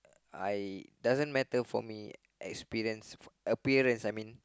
I doesn't matter for me experience appearance I mean